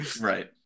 right